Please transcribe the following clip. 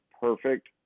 perfect